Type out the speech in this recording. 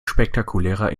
spektakulärer